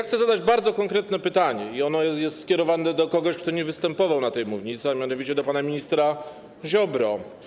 Chcę zadać bardzo konkretne pytanie, a jest ono skierowane do kogoś, kto nie występował na tej mównicy, a mianowicie do pana ministra Ziobry.